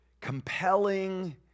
compelling